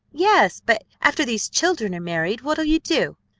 yes, but after these children are married what'll you do?